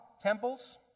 temples